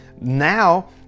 Now